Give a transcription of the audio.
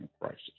crisis